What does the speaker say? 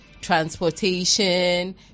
transportation